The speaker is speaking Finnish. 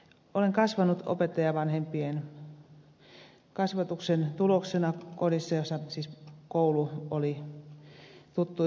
olen kasvanut opettajavanhempien kasvatuksen tuloksena kodissa jossa siis koulu oli tuttu ympäristö